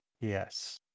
Yes